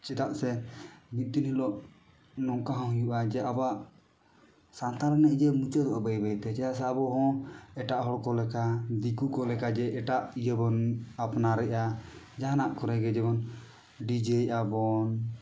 ᱪᱮᱫᱟᱜ ᱥᱮ ᱢᱤᱫ ᱫᱤᱱ ᱦᱤᱞᱳᱜ ᱱᱚᱝᱠᱟ ᱦᱚᱸ ᱦᱩᱭᱩᱜᱼᱟ ᱡᱮ ᱟᱵᱚᱣᱟᱜ ᱥᱟᱱᱛᱟᱲ ᱱᱤᱭᱟᱹᱜᱮ ᱢᱩᱪᱟᱹᱫᱚᱜᱼᱟ ᱵᱟᱹᱭ ᱵᱟᱹᱭᱛᱮ ᱪᱮᱫᱟᱜ ᱥᱮ ᱟᱵᱚᱦᱚᱸ ᱮᱴᱟᱜ ᱦᱚᱲᱠᱚ ᱞᱮᱠᱟ ᱫᱤᱠᱩ ᱠᱚ ᱞᱮᱠᱟᱜᱮ ᱮᱴᱟᱜ ᱤᱭᱟᱹᱵᱚᱱ ᱟᱯᱱᱟᱨᱮᱫᱟ ᱡᱟᱦᱟᱱᱟᱜ ᱠᱚᱨᱮᱜᱮ ᱡᱮᱢᱚᱱ ᱰᱤᱡᱮᱭᱮᱫ ᱟᱵᱚᱱ